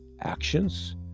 Actions